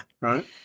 right